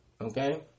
Okay